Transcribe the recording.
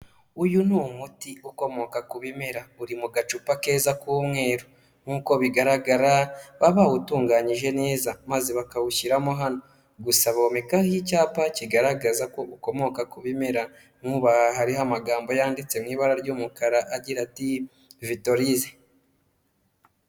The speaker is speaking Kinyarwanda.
Uyu ni umuti ukomoka ku bimera, uri mu gacupa keza k'umweru, nk'uko bigaragara baba bawutunganyije neza maze bakawushyiramo hano, gusa bomeka icyapa kigaragaza ko ukomoka ku bimera, nk'ubu aha hariho amagambo yanditse mu ibara ry'umukara agira ati: "Vitolize".